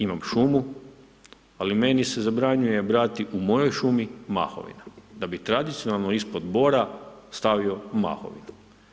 Imam šumu, ali meni se zabranjuje brati u mojoj šumi mahovina da bi tradicionalno ispod bora stavio mahovinu.